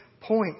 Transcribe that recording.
point